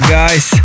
guys